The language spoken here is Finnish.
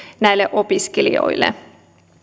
näille opiskelijoille